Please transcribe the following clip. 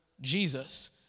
Jesus